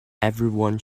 everyone